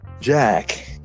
jack